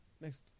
Next